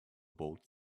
boat